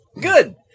Good